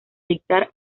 dictar